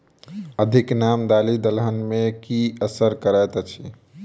अधिक नामी दालि दलहन मे की असर करैत अछि?